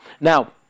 Now